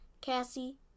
Cassie